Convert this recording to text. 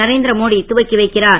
நரேந்திரமோடி துவக்கி வைக்கிறார்